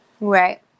Right